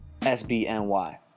SBNY